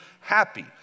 happy